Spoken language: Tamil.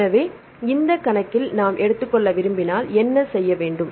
எனவே இந்த கணக்கில் நாம் எடுத்துக்கொள்ள விரும்பினால் என்ன செய்ய வேண்டும்